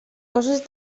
coses